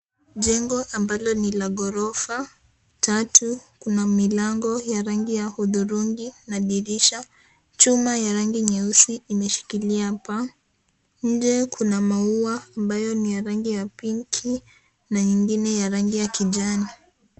Jengo ambalo ni la ghorofa tatu, kuna milango ya rangi ya hudhurungi na dirisha, chuma ya rangi nyeusi, imeshikilia hapa. Nje kuna maua ambayo ni ya rangi ya pinki na ingine ya rangi ya kijani.